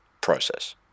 process